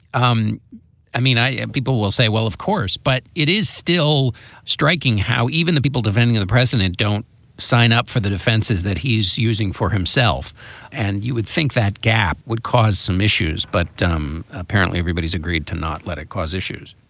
um i mean, i and people will say, well, of course. but it is still striking how even the people defending the president don't sign up for the defenses that he's using for himself and you would think that gap would cause some issues. but um apparently everybody's agreed to not let it cause issues